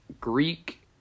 Greek